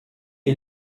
est